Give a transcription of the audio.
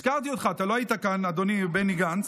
הזכרתי אותך, אתה לא היית כאן, אדוני, בני גנץ.